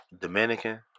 Dominican